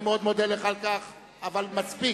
אני מאוד מודה לך על כך, אבל מספיק.